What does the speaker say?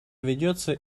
ведется